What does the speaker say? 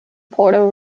puerto